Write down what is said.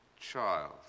child